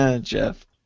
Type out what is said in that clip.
Jeff